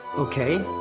okay.